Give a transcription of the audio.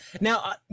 Now